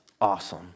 awesome